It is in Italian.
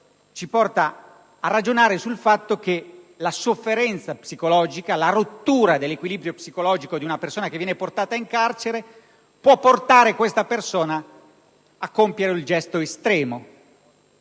ci porta a ragionare sul fatto che la sofferenza psicologica e la rottura dell'equilibrio psicologico di una persona condotta in carcere possono portarla a compiere il gesto estremo: